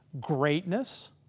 greatness